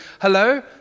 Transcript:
Hello